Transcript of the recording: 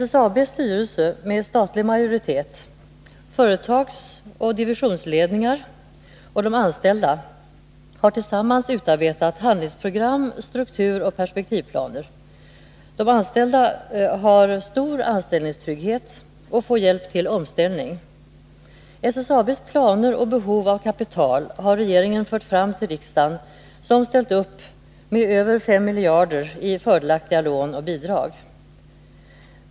SSAB:s styrelse med statlig majoritet, företagsoch divisionsledningar och de anställda har tillsammans utarbetat handlingsprogram, strukturoch perspektivplaner. De anställda har stor anställningstrygghet och får hjälp till omställning. SSAB:s planer och behov av kapital har regeringen fört fram till riksdagen, som ställt upp med över 5 miljarder i fördelaktiga lån och bidrag.